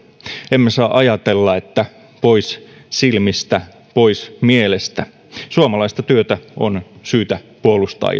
emme saa ajatella että pois silmistä pois mielestä suomalaista työtä on syytä puolustaa